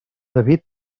david